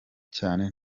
cyane